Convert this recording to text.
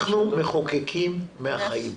אנחנו מחוקקים מהחיים.